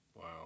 Wow